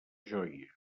joia